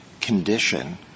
condition